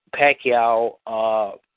Pacquiao